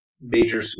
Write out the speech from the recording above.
major